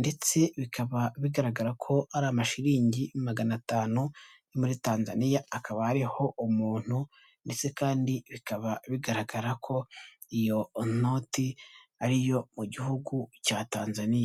ndetse bikaba bigaragara ko ari amashiriningi magana atanu yo muri Tanzaniya akaba ariho umuntu ndetse kandi bikaba bigaragara ko iyo onoti ari iyo mu gihugu cya Tanzaniya.